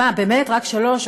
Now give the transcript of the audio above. מה, באמת, רק שלוש?